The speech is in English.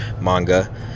manga